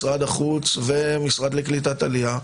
משרד החוץ ומשרד הקליטה והעלייה,